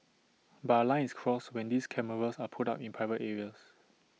but A line is crossed when these cameras are put up in private areas